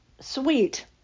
sweet